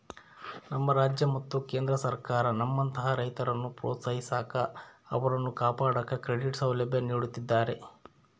ನಮ್ಮ ರಾಜ್ಯ ಮತ್ತು ಕೇಂದ್ರ ಸರ್ಕಾರ ನಮ್ಮಂತಹ ರೈತರನ್ನು ಪ್ರೋತ್ಸಾಹಿಸಾಕ ಅವರನ್ನು ಕಾಪಾಡಾಕ ಕ್ರೆಡಿಟ್ ಸೌಲಭ್ಯ ನೀಡುತ್ತಿದ್ದಾರೆ